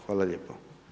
Hvala lijepo.